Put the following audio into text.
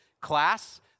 class